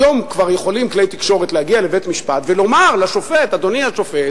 היום כבר יכולים כלי תקשורת להגיע לבית-משפט ולומר לשופט: אדוני השופט,